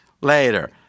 later